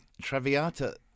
Traviata